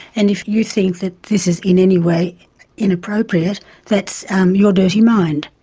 and if you think that this is in any way inappropriate that's your dirty mind.